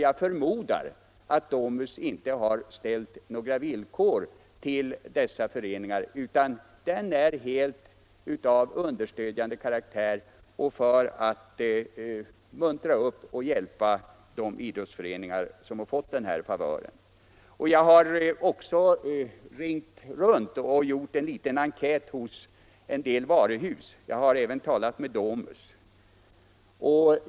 Jag förmodar att Domus inte har ställt några villkor till dessa föreningar utan att bidraget är helt av understödjande karaktär och till för att muntra upp och hjälpa de idrottsföreningar som fått den här favören. Jag har också ringt runt och gjort en liten enkät hos en del varuhus och då även talat med Domus.